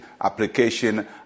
application